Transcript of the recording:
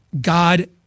God